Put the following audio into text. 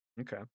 Okay